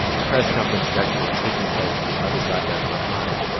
the press conference is actually taking place on the other side of that front line.